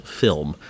film